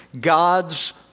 God's